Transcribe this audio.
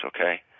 okay